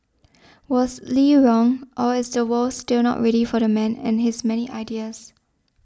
was Lee wrong or is the world still not ready for the man and his many ideas